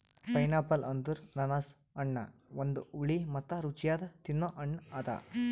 pineapple ಅಂದುರ್ ಅನಾನಸ್ ಹಣ್ಣ ಒಂದು ಹುಳಿ ಮತ್ತ ರುಚಿಯಾದ ತಿನ್ನೊ ಹಣ್ಣ ಅದಾ